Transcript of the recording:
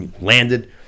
landed